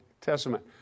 Testament